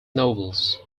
novels